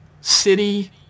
City